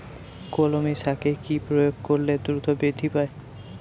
কলমি শাকে কি প্রয়োগ করলে দ্রুত বৃদ্ধি পায়?